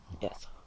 Yes